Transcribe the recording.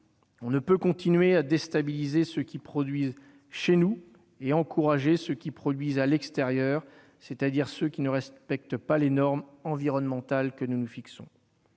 ne pouvons continuer à déstabiliser ceux qui produisent chez nous et à encourager ceux qui produisent à l'extérieur, c'est-à-dire ceux qui ne respectent pas les normes environnementales que nous nous fixons.